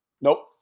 Nope